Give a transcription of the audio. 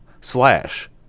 slash